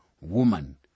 Woman